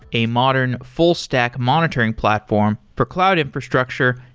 a modern, full-stack monitoring platform for cloud infrastructure,